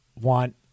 want